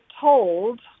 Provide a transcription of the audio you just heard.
told